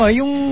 yung